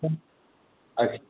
अच्छा